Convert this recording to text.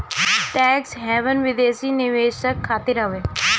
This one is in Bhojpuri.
टेक्स हैवन विदेशी निवेशक खातिर हवे